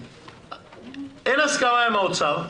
אין הסכמה עם האוצר,